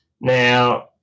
Now